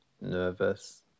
nervous